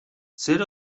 zer